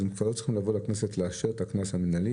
אז הם כבר לא צריכים לבוא לכנסת לאשר את הקנס המנהלי?